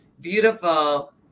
Beautiful